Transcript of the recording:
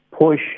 push